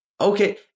okay